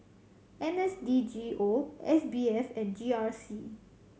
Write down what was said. N S D G O S B F and G R C